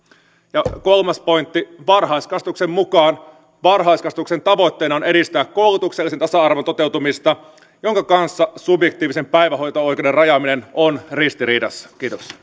kolme kolmas pointti varhaiskasvatuslain mukaan varhaiskasvatuksen tavoitteena on edistää koulutuksellisen tasa arvon toteutumista jonka kanssa subjetiivisen päivähoito oikeuden rajaaminen on ristiriidassa